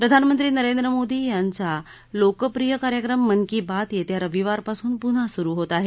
प्रधानमंत्री नरेंद्र मोदी यांचा लोकप्रिय कार्यक्रम मन की बात येत्या रविवारपासून पुन्हा सुरु होत आहे